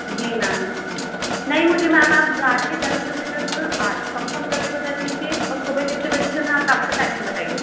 जी ma'am नहीं मुझे ma'am आप रात के दस बजे तक आज कन्फम करके बता दीजिए और सुबह कितने बजे चलना है आपका टाइमिंग बताइए